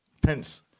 Pence